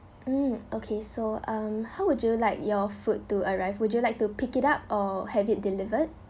mm okay so um how would you like your food to arrive would you like to pick it up or have it delivered